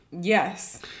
Yes